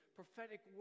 prophetic